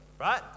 Right